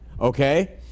okay